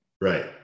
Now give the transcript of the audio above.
right